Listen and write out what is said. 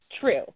true